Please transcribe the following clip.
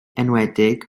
enwedig